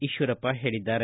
ಈಶ್ವರಪ್ಪ ಹೇಳಿದ್ದಾರೆ